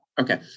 Okay